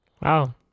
wow